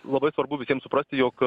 labai svarbu visiem suprasti jog